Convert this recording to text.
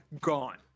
gone